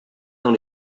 dans